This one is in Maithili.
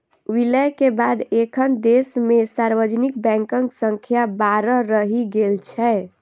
विलय के बाद एखन देश मे सार्वजनिक बैंकक संख्या बारह रहि गेल छै